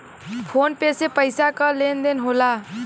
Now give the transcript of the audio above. phone पे से पइसा क लेन देन होला